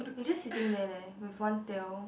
it's just sitting there leh with one tail